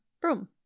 Broom